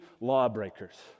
lawbreakers